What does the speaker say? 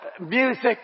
music